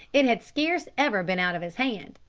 it had scarce ever been out of his hand,